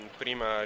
prima